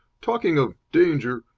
talking of danger,